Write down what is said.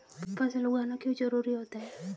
फसल उगाना क्यों जरूरी होता है?